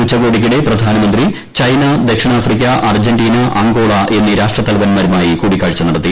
ഉച്ചകോടിക്കിടെ പ്രധാനമന്ത്രി ചൈന ദക്ഷിണാഫ്രിക്ക Argentina Angola എന്നീ രാഷ്ട്രതലവന്മാരുമായി കൂടിക്കാഴ്ച നടത്തി